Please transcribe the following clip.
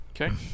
Okay